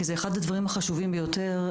כי זה אחד הדברים החשובים ביותר.